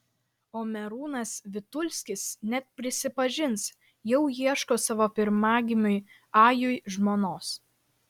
o merūnas vitulskis net prisipažins jau ieško savo pirmagimiui ajui žmonos